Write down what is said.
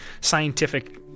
scientific